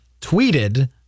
tweeted